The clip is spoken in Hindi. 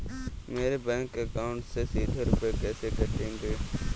मेरे बैंक अकाउंट से सीधे रुपए कैसे कटेंगे?